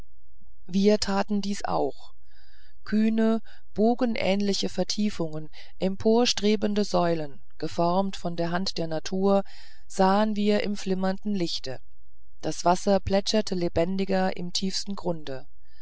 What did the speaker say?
wir taten dies auch kühne bogenähnliche vertiefungen emporstrebende säulen geformt von der hand der natur sahen wir im flimmernden lichte das wasser plätscherte lebendiger im tiefsten grunde